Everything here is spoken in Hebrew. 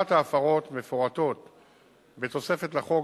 חומרת ההפרות מפורטת בתוספת לחוק,